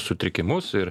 sutrikimus ir